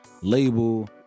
label